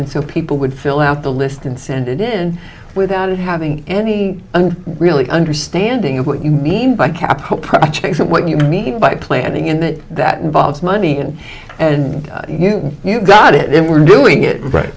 and so people would fill out the list and send it in without having any really understanding of what you mean by capital projects what you mean by planning in that that involves money and you got it we're doing it right